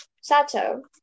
Sato